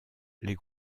les